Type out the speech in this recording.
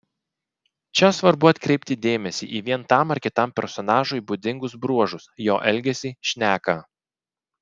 čia svarbu atkreipti dėmesį į vien tam ar kitam personažui būdingus bruožus jo elgesį šneką